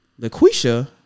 Laquisha